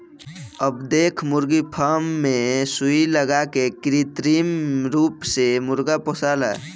अब देख मुर्गी फार्म मे सुई लगा के कृत्रिम रूप से मुर्गा पोसाला